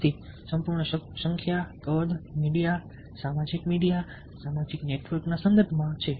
તેથી સંપૂર્ણ સંખ્યા કદ મીડિયા સામાજિક મીડિયા સામાજિક નેટવર્ક સંદર્ભમાં છે